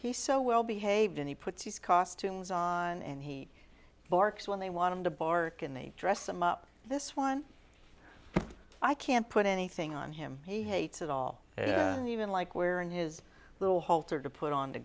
he's so well behaved and he puts his costumes on and he barks when they want to bark and they dress him up this one i can't put anything on him he hates at all and even like wearing his little halter to put on to